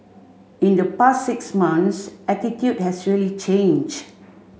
in the past six months attitude has really changed